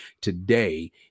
today